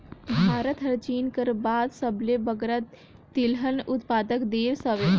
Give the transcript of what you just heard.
भारत हर चीन कर बाद सबले बगरा तिलहन उत्पादक देस हवे